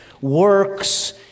works